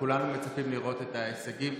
כולנו מצפים לראות את ההישגים